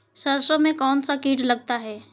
सरसों में कौनसा कीट लगता है?